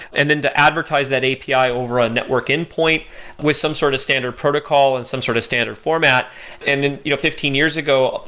and then to advertise that api over a network endpoint with some sort of standard protocol and some sort of standard format and you know fifteen years ago,